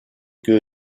que